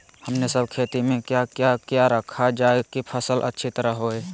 हमने सब खेती में क्या क्या किया रखा जाए की फसल अच्छी तरह होई?